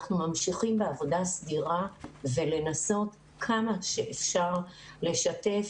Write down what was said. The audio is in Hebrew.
אנחנו ממשיכים בעבודה סדירה כדי לנסות כמה שאפשר לשתף